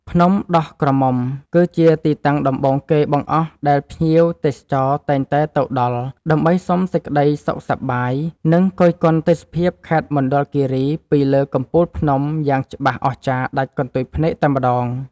ភ្នំដោះក្រមុំ គឺជាទីតាំងដំបូងគេបង្អស់ដែលភ្ញៀវទេសចរតែងតែទៅដល់ដើម្បីសុំសេចក្តីសុខសប្បាយ និង គយគន់ទេសភាពខេត្តមណ្ឌលគីរីពីលើកំពូលភ្នំយ៉ាងច្បាស់អស្ចារ្យដាច់កន្ទុយភ្នែកតែម្តង។